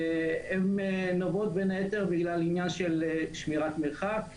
הן נובעות בין היתר בגלל עניין של שמירת מרחק,